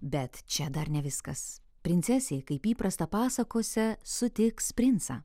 bet čia dar ne viskas princesė kaip įprasta pasakose sutiks princą